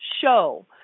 show